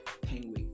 penguin